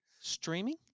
Streaming